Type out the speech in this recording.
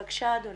בבקשה, אדוני.